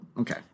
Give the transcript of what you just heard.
Okay